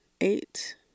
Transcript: eight